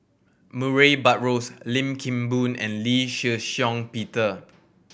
Murray Buttrose Lim Kim Boon and Lee Shih Shiong Peter